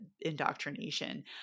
indoctrination